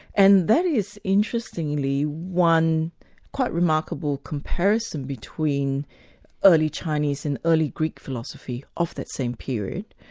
and that is interestingly one quite remarkable comparison between early chinese and early greek philosophy of that same period,